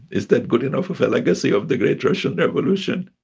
is that good enough of a legacy of the great russian revolution?